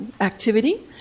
activity